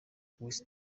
was